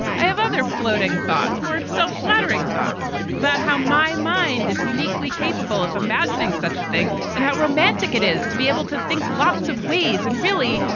i have other floating thoughts, more so flattering thoughts about how my mind is uniquely capable of imagining such a thing. and how romantic it is to be able to think lots of ways. and really,